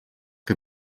que